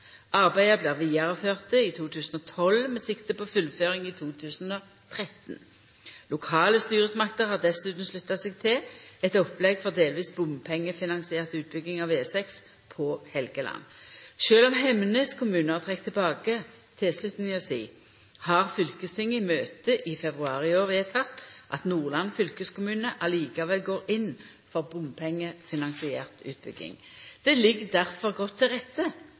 i 2012 med sikte på fullføring i 2013. Lokale styresmakter har dessutan slutta seg til eit opplegg for delvis bompengefinansiert utbygging av E6 på Helgeland. Sjølv om Hemnes kommune har trekt tilbake tilslutninga si, har fylkestinget i møte i februar i år vedteke at Nordland fylkeskommune likevel går inn for bompengefinansiert utbygging. Det ligg difor godt til rette